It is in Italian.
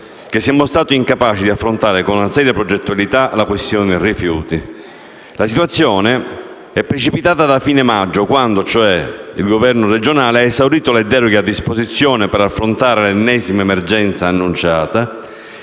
che si è mostrato incapace di affrontare con una seria progettualità la questione rifiuti. La situazione è precipitata da fine maggio, quando il Governo regionale ha esaurito le deroghe a disposizione per affrontare l’ennesima emergenza annunciata,